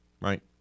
right